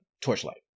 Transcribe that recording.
Torchlight